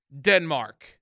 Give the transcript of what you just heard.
Denmark